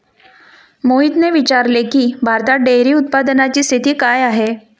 मोहितने विचारले की, भारतात डेअरी उत्पादनाची स्थिती काय आहे?